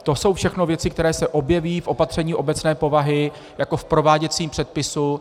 To jsou všechno věci, které se objeví v opatření obecné povahy jako v prováděcím předpisu.